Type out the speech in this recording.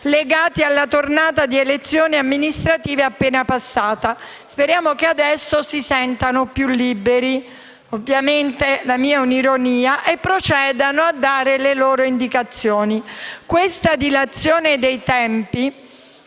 legati alla tornata di elezioni amministrative appena passata. Speriamo che adesso si sentano più liberi - ovviamente la mia è un'ironia - e procedano a dare le loro indicazioni. Questa dilazione dei tempi